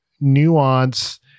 nuance